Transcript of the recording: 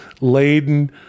laden